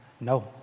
no